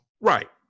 Right